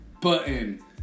Button